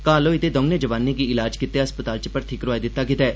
घाऽल होए दे दौनें जवानें गी इलाज गितै अस्पताल च भर्थी करोआई दित्ता गेदा ऐ